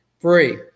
free